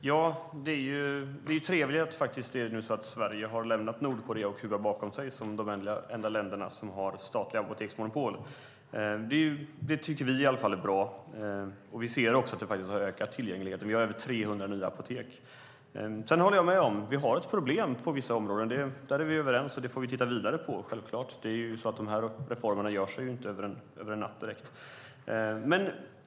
Fru talman! Det trevliga är att Sverige nu faktiskt har lämnat Nordkorea och Kuba bakom sig som de enda länder som har statliga apoteksmonopol. Det tycker i alla fall vi är bra, och vi ser också att det har ökat tillgängligheten - vi har över 300 nya apotek. Sedan håller jag med om att vi har ett problem på vissa områden. Där är vi överens, och det får vi självklart titta vidare på. Det är ju så att dessa reformer inte direkt görs över en natt.